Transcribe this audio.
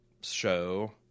show